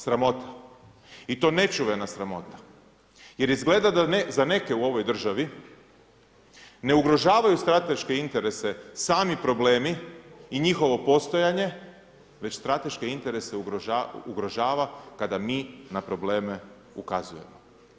Sramota i to nečuvena sramota, jer izgleda da za neke u ovoj državi, ne ugrožavaju strateške interese sami problemi i njihovo postojanje, već strateške interese ugrožava kada mi na probleme ukazujemo.